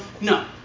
No